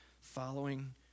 following